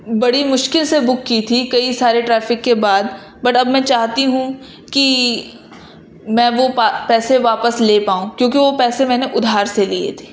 بڑی مشکل سے بک کی تھی کئی سارے ٹریفک کے بعد بٹ اب میں چاہتی ہوں کہ میں وہ پیسے واپس لے پاؤں کیونکہ وہ پیسے میں نے ادھار سے لیے تھے